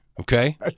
Okay